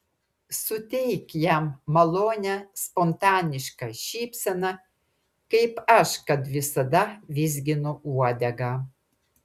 suteik jam malonią spontanišką šypseną kaip aš kad visada vizginu uodegą